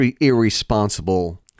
irresponsible